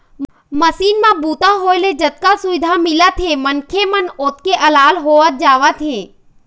machine म बूता होए ले जतका सुबिधा मिलत हे मनखे मन ओतके अलाल होवत जावत हे